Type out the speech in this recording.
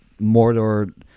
Mordor